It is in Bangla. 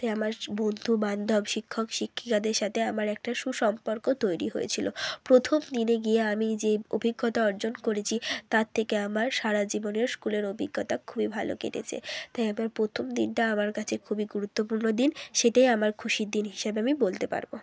তাই আমার বন্ধু বান্ধব শিক্ষক শিক্ষিকাদের সাতে আমার একটা সুসম্পর্ক তৈরি হয়েছিলো প্রথম দিনে গিয়ে আমি যে অভিজ্ঞতা অর্জন করেছি তার তেকে আমার সারা জীবনের স্কুলের অভিজ্ঞতা খুবই ভালো কেটেছে তাই আবার প্রথম দিনটা আমার কাছে খুবই গুরুত্বপূর্ণ দিন সেটাই আমার খুশির দিন হিসাবে আমি বলতে পারবো